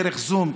דרך זום,